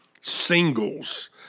singles